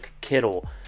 Kittle